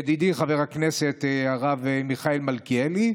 ידידי חבר הכנסת הרב מיכאל מלכיאלי.